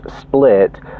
split